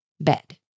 bed